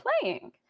playing